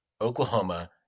Oklahoma